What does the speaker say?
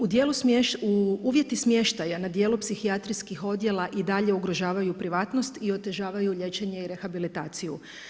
Uvjeti smještaja na dijelu psihijatrijskih odjela, i dalje ugrožavaju privatnost i otežavaju liječenje i rehabilitaciju.